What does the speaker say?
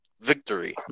victory